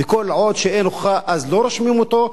וכל עוד אין הוכחה לא רושמים אותו.